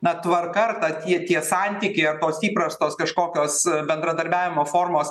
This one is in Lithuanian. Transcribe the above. na tvarka ar ta tie tie santykiai ar tos įprastos kažkokios bendradarbiavimo formos